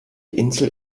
insel